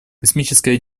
космическая